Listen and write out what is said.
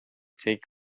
take